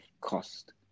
cost